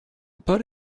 but